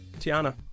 tiana